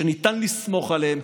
שאפשר לסמוך עליהם,